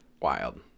Wild